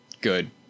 good